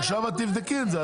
עכשיו את תבדקי את זה.